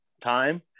time